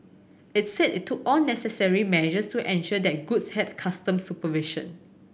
it said it took all necessary measures to ensure that goods had customs supervision